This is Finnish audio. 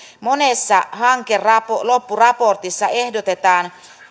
monessa hankeloppuraportissa ehdotetaan